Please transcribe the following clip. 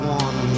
one